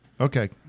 Okay